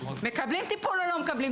האם הם מקבלים טיפול או לא.